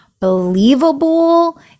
Believable